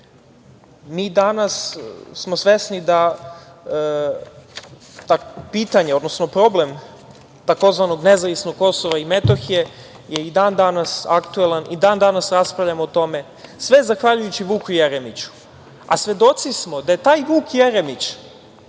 smo danas svesni da pitanje, odnosno problem tzv. nezavisnog Kosova i Metohije je i dan danas aktuelan i dan danas raspravljamo o tome, a sve zahvaljujući Vuku Jeremiću. Svedoci smo da je taj Vuk Jeremić